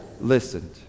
listened